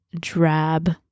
drab